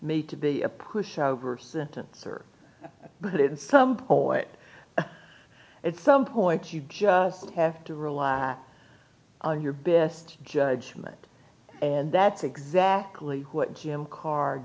made to be a pushover sentence or put it in some poet at some point you just have to rely on your best judgment and that's exactly what kim car